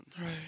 Right